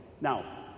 Now